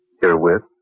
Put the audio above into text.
Herewith